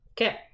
Okay